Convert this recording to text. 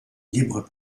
libre